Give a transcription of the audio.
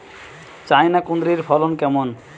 China কুঁদরীর ফলন কেমন?